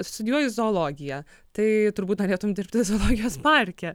studijuoju zoologiją tai turbūt norėtum dirbti zoologijos parke